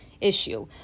issue